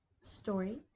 story